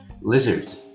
Lizards